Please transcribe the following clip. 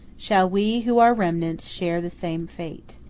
shall we, who are remnants, share the same fate?